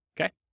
Okay